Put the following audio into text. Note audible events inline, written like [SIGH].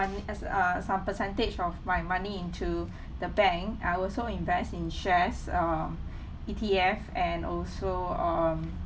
money as uh some percentage from my money into [BREATH] the bank I also invest in shares um E_T_F and also um